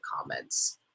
comments